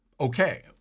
okay